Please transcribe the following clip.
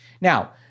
Now